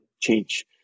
change